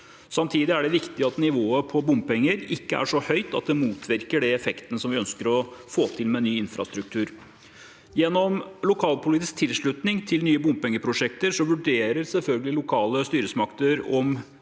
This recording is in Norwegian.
Samtidig er det viktig at nivået på bompenger ikke er så høyt at det motvirker de effektene vi ønsker å få til med ny infrastruktur. Gjennom lokalpolitisk tilslutning til nye bompengeprosjekter vurderer selvsagt lokale styresmakter